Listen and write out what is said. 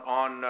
on